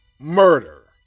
Murder